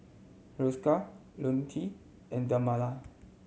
Hiruscar Ionil T and Dermale